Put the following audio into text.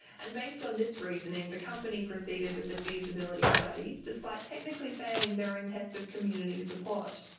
and based on this reasoning, the company proceeded with the feasibility study, despite technically failing their own test of community support.